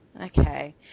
Okay